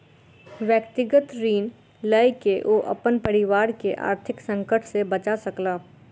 व्यक्तिगत ऋण लय के ओ अपन परिवार के आर्थिक संकट से बचा सकला